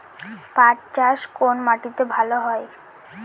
পাট চাষ কোন মাটিতে ভালো হয়?